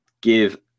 Give